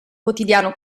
quotidiano